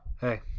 Hey